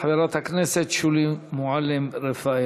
חברת הכנסת שולי מועלם-רפאלי.